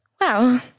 Wow